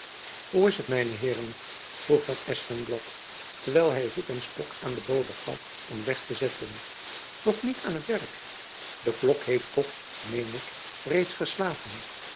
hoe is het mijne heeren vroeg van espenblad terwijl hy hoed en stok aan den bode gaf om weg te zetten nog niet aan t werk de klok heeft toch meen ik reeds geslagen